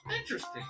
Interesting